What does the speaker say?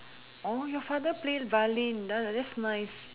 oh your father plays violin that's nice